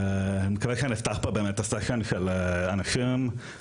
ואני מקווה שאני אפתח פה באמת את הסשן של אנשים מהקהילה